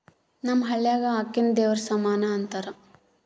ನಮ್ಮ ಹಳ್ಯಾಗ ಅಕ್ಕಿನ ದೇವರ ಸಮಾನ ಅಂತಾರ